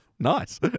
Nice